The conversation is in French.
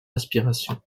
inspiration